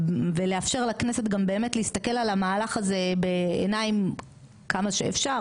ולאפשר לכנסת גם באמת להסתכל על המהלך הזה בעיניים כמה שאפשר